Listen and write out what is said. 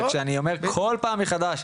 וכשאני אומר כל פעם מחדש,